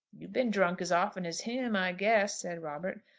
you've been drunk as often as him, i guess, said robert.